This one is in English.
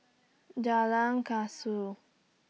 Jalan Kasau